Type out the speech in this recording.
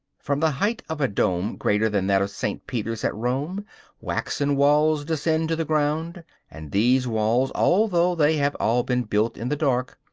from the height of a dome greater than that of st. peter's at rome waxen walls descend to the ground and these walls, although they have all been built in the dark,